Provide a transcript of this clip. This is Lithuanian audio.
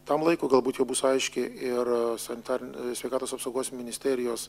tam laikui galbūt jau bus aiški ir sanitarinė sveikatos apsaugos ministerijos